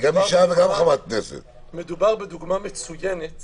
מדובר בדוגמה מצוינת